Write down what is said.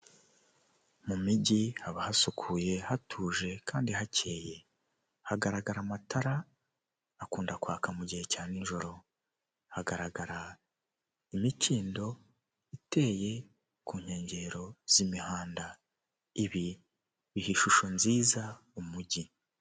Tagisi vuwatire yo mu bwoko bwa yego kabusi ushobora guhamagara iriya nimero icyenda rimwe icyenda rimwe ikaza ikagutwara aho waba uherereye hose kandi batanga serivisi nziza n'icyombaziho .